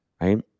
right